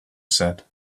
said